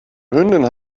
hündin